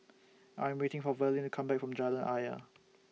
I Am waiting For Verlin to Come Back from Jalan Ayer